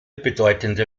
bedeutende